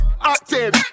active